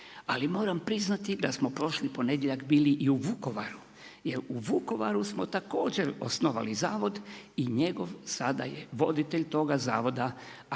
Ali, moram priznati, da smo prošli ponedjeljak bili i u Vukovaru, jer u Vukovaru smo također osnovali zavod i njegov sada je voditelj toga zavoda akademik